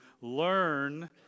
learn